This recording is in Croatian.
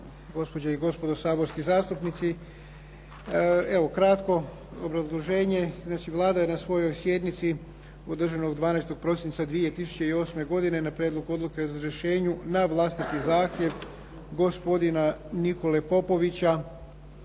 gospođe i gospodo saborski zastupnici. Kratko obrazloženje. Vlada je na svojoj sjednici održanoj 12. prosinca 2008. godine na Prijedlog odluke o razrješenju na vlastiti zahtjev gospodina Nikole Popovića